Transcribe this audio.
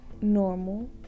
normal